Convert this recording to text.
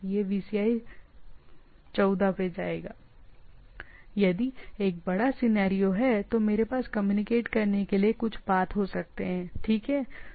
अब ऐसा है यदि आप यदि मेरे पास एक बड़ा सिनेरियो है तो मेरे पास कम्युनिकेट करने के लिए कुछ पाथ हो सकते हैं ठीक है